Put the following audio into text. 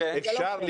ראש,